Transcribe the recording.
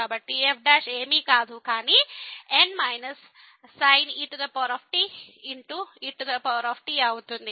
కాబట్టి f ఏమీ కాదు కానీ n sin et etఅవుతుంది